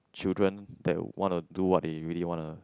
children that wanna do what they really wanna